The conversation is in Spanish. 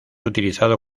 utilizado